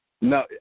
No